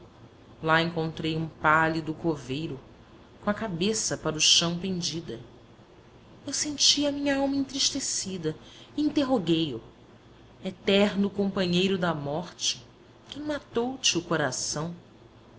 lá encontrei um pálido coveiro com a cabeça para o chão pendida eu senti a minhalma entristecida e interroguei o eterno companheiro da morte quem matou te o coração